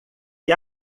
que